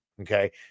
okay